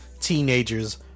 teenagers